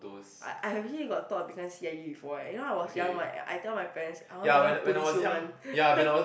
I I actually thought of become c_i_d before eh you know I was young my I tell my parents I want become police woman